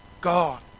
God